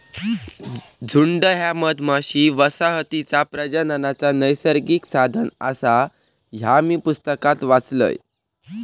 झुंड ह्या मधमाशी वसाहतीचा प्रजननाचा नैसर्गिक साधन आसा, ह्या मी पुस्तकात वाचलंय